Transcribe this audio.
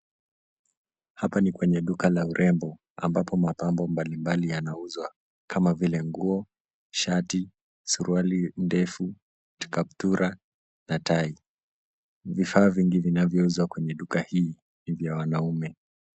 Hapa ni kwenye duka la urembo, ambapo mapambo mbalimbali yanauzwa, kama vile nguo, shati, suruali ndefu, kaptura na tai. Vifaa vingi vinavyouzwa kwenye duka hili ni vya wanaume.